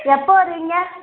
எப்போ வருவீங்க